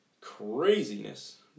craziness